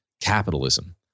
capitalism